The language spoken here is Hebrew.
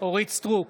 אורית מלכה סטרוק,